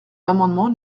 l’amendement